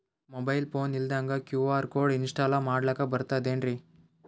Mobile phone ಇಲ್ದಂಗ QR code install ಮಾಡ್ಲಕ ಬರ್ತದೇನ್ರಿ?